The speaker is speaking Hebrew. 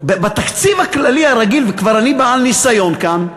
בתקציב הכללי הרגיל, וכבר אני בעל ניסיון כאן,